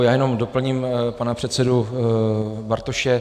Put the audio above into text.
Já jenom doplním pana předsedu Bartoše.